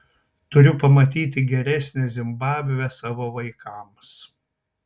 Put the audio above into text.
turiu pamatyti geresnę zimbabvę savo vaikams